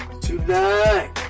tonight